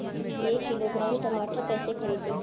एक किलोग्राम टमाटर कैसे खरदी?